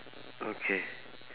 okay